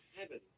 heaven